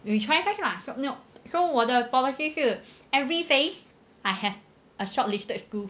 we try first lah so no so 我的 policy 是 every phase I have a shortlisted school